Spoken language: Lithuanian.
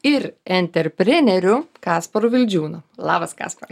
ir entrepreneriu kasparu vildžiūnu labas kasparai